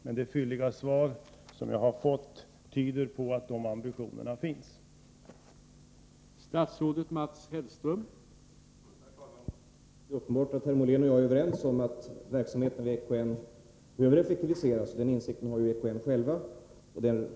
Men det fylliga svar jag har fått tyder på att man har ambitioner att göra en sådan översyn.